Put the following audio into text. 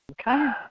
Okay